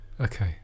Okay